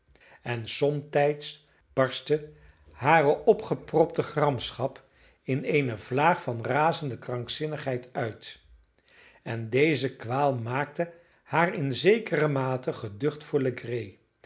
en somtijds barstte hare opgepropte gramschap in eene vlaag van razende krankzinnigheid uit en deze kwaal maakte haar in zekere mate geducht voor